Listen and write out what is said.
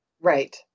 Right